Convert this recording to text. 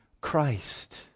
Christ